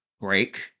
break